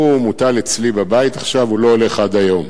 הוא מוטל אצלי בבית עכשיו, הוא לא הולך עד היום.